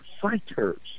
fighters